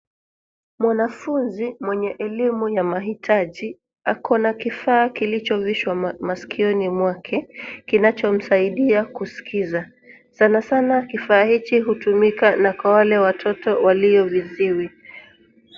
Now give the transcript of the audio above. Mwanafunzi mwenye elimu ya mahitaji ako na kifaa kilichovishwa masikioni mwake kinachomsaidia kuskiza. Sana sana kifaa hiki hutumika na wale watoto walio viziwi.